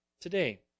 today